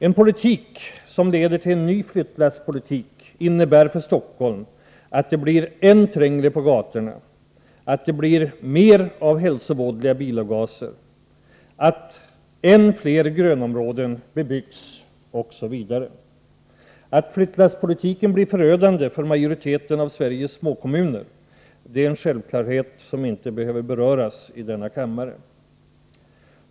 En politik som leder till en ny flyttlasspolitik innebär för Stockholm att det blir än trängre på gatorna, att det blir än mer hälsovådliga bilavgaser, att än fler grönområden bebyggs, osv. Att flyttlasspolitiken blir förödande för majoriteten av Sveriges småkommuner är en självklarhet som inte behöver beröras i denna kammare.